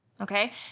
Okay